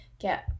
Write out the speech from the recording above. get